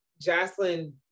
Jocelyn